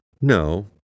No